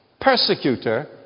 persecutor